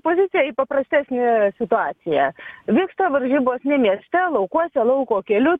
poziciją į paprastesnę situaciją vyksta varžybos ne mieste laukuose lauko keliu